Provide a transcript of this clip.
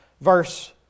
verse